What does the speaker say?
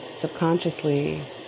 subconsciously